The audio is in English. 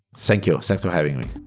thank you. thanks for having me